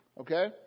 okay